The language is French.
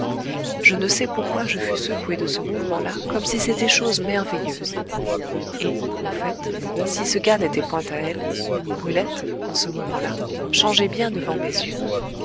je ne sais pourquoi je fus secoué de ce mouvement là comme si c'était chose merveilleuse et au fait si ce gars n'était point à elle brulette en ce moment-là changeait bien devant mes yeux